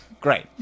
Great